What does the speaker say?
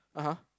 (uh huh)